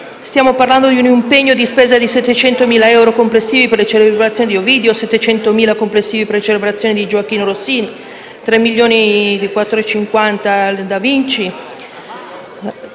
stiamo parlando di un impegno di spesa di 700.000 euro complessivi per le celebrazioni di Ovidio, 700.000 euro complessivi per le celebrazioni di Gioachino Rossini e 3.450.000 euro